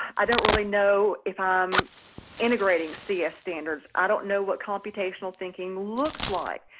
i don't really know if i'm integrating cs standards. i don't know what computational thinking looks like.